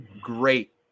great